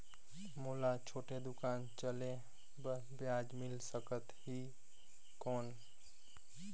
मोला छोटे दुकान चले बर ब्याज मिल सकत ही कौन?